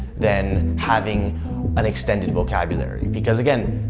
than having an extended vocabulary. because again,